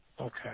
Okay